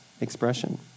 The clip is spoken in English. expression